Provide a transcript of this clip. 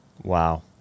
Wow